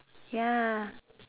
ya